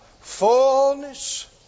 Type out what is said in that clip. Fullness